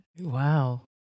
Wow